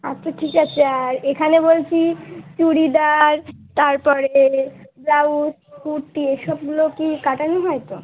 আচ্ছা ঠিক আছে আর এখানে বলছি চুড়িদার তারপরে ব্লাউজ কুর্তি এসবগুলো কি কাটানো হয় তো